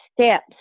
steps